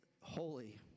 holy